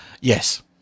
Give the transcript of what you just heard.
Yes